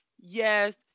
yes